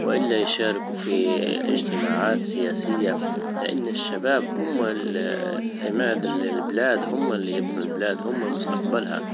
والا يشاركوا في اجتماعات سياسية لان الشباب هم عماد البلاد هم اللي يبنوا البلاد هم مستقبلها